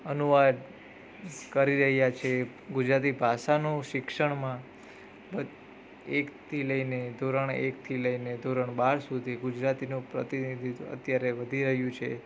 અનુવાદ કરી રહ્યા છે ગુજરાતી ભાષાનું શિક્ષણમાં એકથી લઈને ધોરણ એકથી લઈને ધોરણ બાર સુધી ગુજરાતીનું પ્રતિનિધિત્વ અત્યારે વધી રહ્યું છે